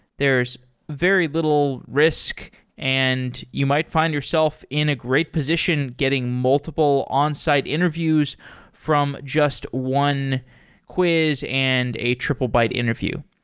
there's very little risk and you might find yourself in a great position getting multiple onsite interviews from just one quiz and a triplebyte interview.